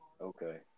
Okay